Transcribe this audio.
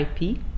IP